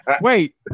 Wait